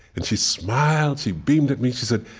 and she smiled. she beamed at me she said,